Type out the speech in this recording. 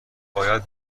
باید